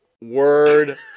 word